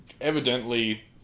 evidently